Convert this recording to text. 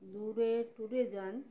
দূরে ট্যুরে যান